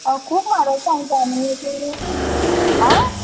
आं खूब म्हारग सांगता मगे तूं आं